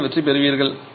ஆகியவற்றைப் பெறுவீர்கள்